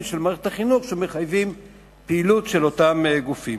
של מערכת החינוך שמחייבות פעילות של אותם גופים.